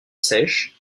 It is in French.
seiche